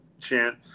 chant